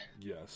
yes